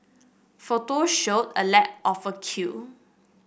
photos showed a lack of a queue